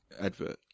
advert